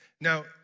Now